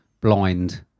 blind